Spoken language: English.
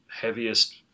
heaviest